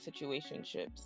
situationships